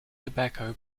tobacco